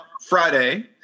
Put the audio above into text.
Friday